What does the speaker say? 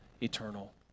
eternal